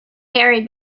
harry